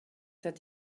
that